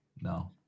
No